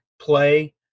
play